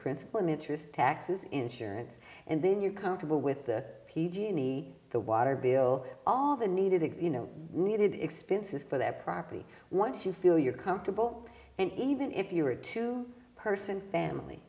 principal and interest taxes insurance and then you're comfortable with the p g and e the water bill all the needed if you know needed expenses for their property once you feel you're comfortable and even if you are a two person family